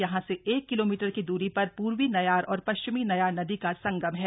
यहां से एक किलोमीटर की द्री पर पूर्वी नयार और पश्चिमी नयार नदी का संगम है